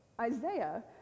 Isaiah